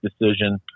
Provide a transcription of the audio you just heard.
decision